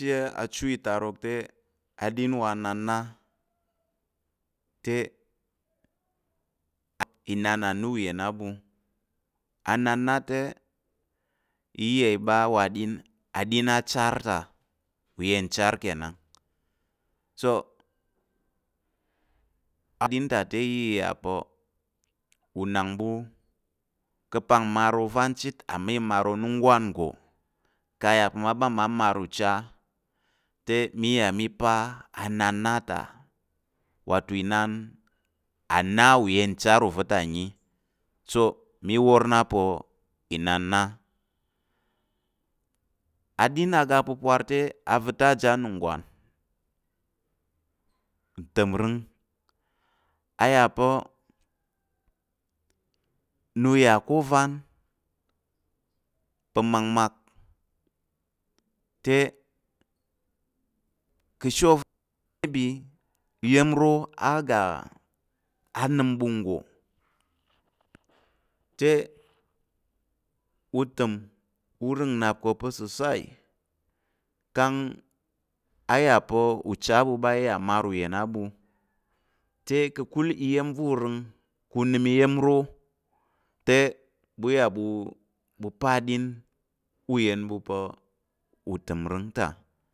Ka̱ ashe achu itarok te, aɗin wa nanna te, inan a na uyen a ɓu, ananna te iya i ɓa wa aɗin, aɗin a char ta uyen char kenan so aɗin ta te iya i yà pa̱ unang ɓu ka̱ pa̱k mmar uvan chit amma i mar ununggwan nggo kang a yà pa̱ ɓa mma mar ucha te mi iya mi pa ananna ta wa to inan a na uyen char uva̱ ta nyi so mi wor na pa̱ inan na, aɗin aga mpa̱ra te a va̱ta̱ aja ununggwan ntəmrəng a yà pa̱ nna u yà ká̱ ovan pa̱ makmak te te ka̱ ashe ovan maybe, iya̱mro a ga a nəm ɓu nggo te, u təm u rəng nnap kà̱ pa̱ sosai, kang a yà pa̱ u char ɓu ɓa iya mar uyen á ɓu, te ka̱kul iya̱m va̱ rəng pa̱ u nəm iya̱m ro te ɓu iya ɓu pa aɗin uyen ɓu pa̱ utəmring ta.